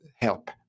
help